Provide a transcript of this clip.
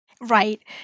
Right